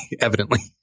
evidently